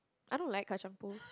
I don't like Kacang-Pool